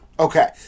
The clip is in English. Okay